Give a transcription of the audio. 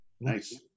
Nice